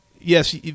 yes